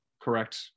correct